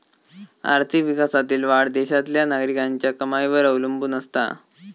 आर्थिक विकासातील वाढ देशातल्या नागरिकांच्या कमाईवर अवलंबून असता